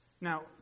Now